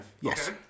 Yes